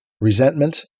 resentment